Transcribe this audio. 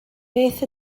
beth